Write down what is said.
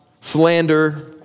slander